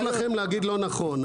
נוח לכם להגיד "לא נכון".